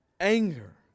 anger